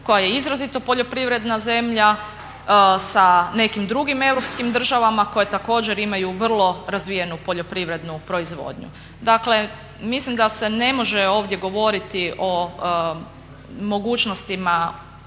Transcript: koja je izrazito poljoprivredna zemlja sa nekim drugim europskim državama koje također imaju vrlo razvijenu poljoprivrednu proizvodnju. Dakle, mislim da se ne može ovdje govoriti o mogućnostima